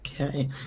Okay